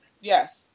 Yes